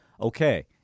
okay